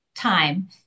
Time